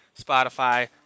Spotify